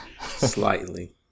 Slightly